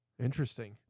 Interesting